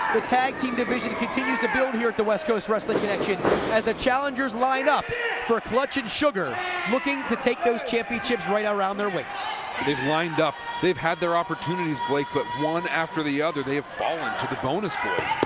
the tag team division continues to build here at the west coast wrestling connection as the challengers line up for clutch and sugar looking to take those championships right around their waist. ja they've lined up, they've had their opportunities, blake, but one after the other they have fallen to the bonus boys.